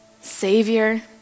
Savior